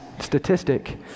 statistic